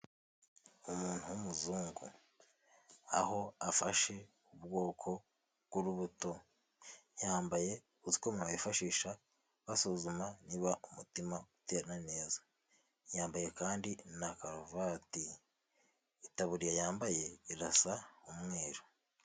Umuntu w'umuzungu aho afashe ubwoko bw'urubuto yambaye utwuma bifashisha basuzuma niba umutima utera neza yambaye kandi na karuvati, itaburiya yambaye irasa umweru.